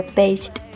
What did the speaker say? based